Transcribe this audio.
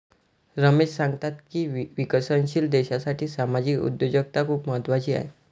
रमेश सांगतात की विकसनशील देशासाठी सामाजिक उद्योजकता खूप महत्त्वाची आहे